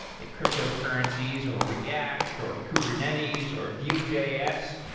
like cryptocurrencies, or react, or kubernetes, or vue js,